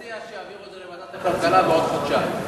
אני מציע שיעבירו את זה לוועדת הכלכלה בעוד חודשיים.